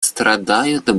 страдают